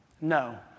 No